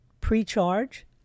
pre-charge